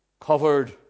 Covered